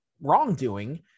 wrongdoing